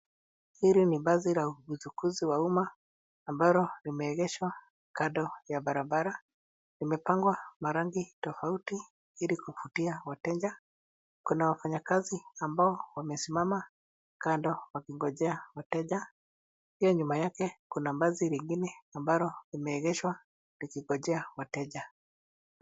Hili ni basi la uchukuzi wa umma, ambalo limeegeshwa kando ya barabara ,limepakwa rangi tofauti ili kuvutia wateja. Kuna wafanyakazi ambao wamesimama kando wakingojea wateja, pia nyuma yake kuna basi lingine ambalo limeegeshwa likingojea wateja.